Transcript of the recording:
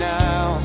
now